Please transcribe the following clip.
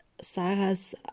Sarah's